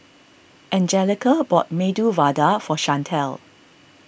Anjelica bought Medu Vada for Shantel